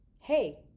Hey